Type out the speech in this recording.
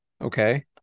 Okay